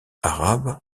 arabes